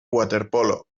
waterpolo